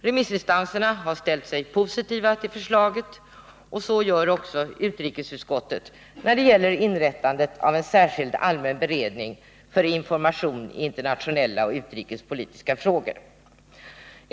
Remissinstanserna har ställt sig positiva till förslaget och det gör också utrikesutskottet när det gäller inrättandet av en särskild allmän beredning för information i internationella och utrikespolitiska frågor.